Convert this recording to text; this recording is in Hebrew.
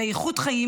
לאיכות חיים